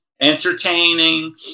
entertaining